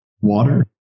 Water